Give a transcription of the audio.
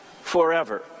forever